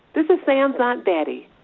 this is sam's aunt betty.